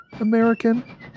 American